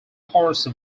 horse